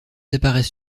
apparaissent